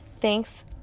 Thanks